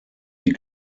sie